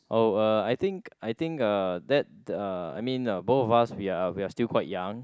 oh uh I think I think uh that uh I mean uh both of us we are we are still quite young